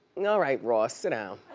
yeah all right, ross, sit down.